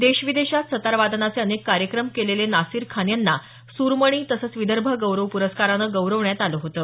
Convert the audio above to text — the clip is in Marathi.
देशविदेशात सतार वादनाचे अनेक कार्यक्रम केलेले नासीर खान यांना सुरमणी तसंच विदर्भ गौरव प्रस्कारानं गौरवण्यात आलं होतं